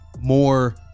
More